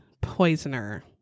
Poisoner